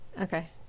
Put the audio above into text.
Okay